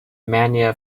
mania